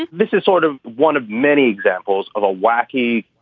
this this is sort of one of many examples of a wacky,